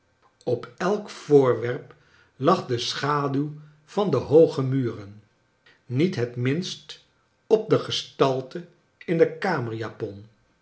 op elk voorwerp lag de schaduw van de hooge muren niet het minst op de gestalte in de